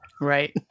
Right